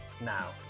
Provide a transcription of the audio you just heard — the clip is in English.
now